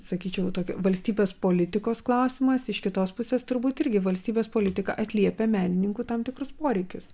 sakyčiau tokia valstybės politikos klausimas iš kitos pusės turbūt irgi valstybės politika atliepia menininkų tam tikrus poreikius